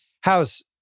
House